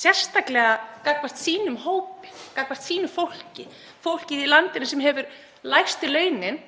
sérstaklega gagnvart sínum hópi, gagnvart sínu fólki, fólkinu í landinu sem hefur lægstu launin.